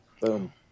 Boom